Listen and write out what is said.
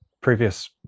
previous